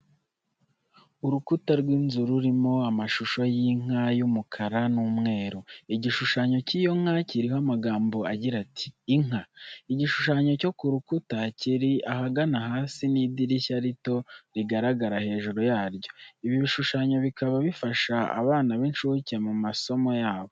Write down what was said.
Urukuta rw'inzu rurimo amashusho y'inka y'umukara n'umweru. Igishushanyo cy'iyo nka kiriho amagambo agira ati "Inka". Igishushanyo cyo ku rukuta kiri ahagana hasi, n'idirishya rito rigaragara hejuru yaryo, ibi bishushanyo bikaba bifasha abana b'incuke mu masomo yabo.